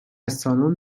سالن